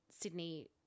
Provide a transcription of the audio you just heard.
Sydney